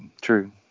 true